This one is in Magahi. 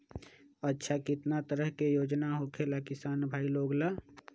अच्छा कितना तरह के योजना होखेला किसान भाई लोग ला?